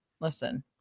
listen